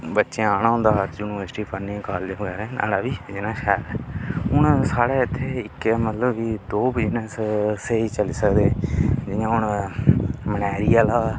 बच्चें आना हुंदा यूनिवर्सिटी पढ़ने गी कॉलेज बगैरा नाड़ा बी बिजनेस शैल ऐ हून साढ़े इत्थै इक्कै मतलब की दो बिजनेस स्हेई चली सकदे जि'यां हून मनेयारी आह्ला